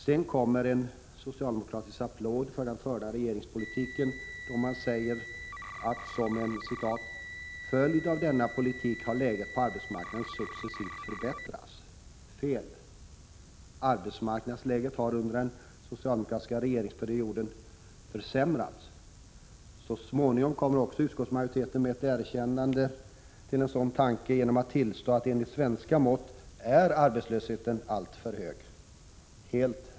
Sedan kommer en socialdemokratisk applåd för den förda regeringspolitiken, och så säger man: ”Som en följd av denna politik har läget på arbetsmarknaden successivt förbättrats.” Det är fel. Arbetsmarknadsläget har under den socialdemokratiska regeringsperioden försämrats. Så småningom kommer också utskottsmajoriteten med ett erkännande om en sådan tanke genom att tillstå att arbetslösheten enligt svenska mått är alltför hög. Det är helt rätt.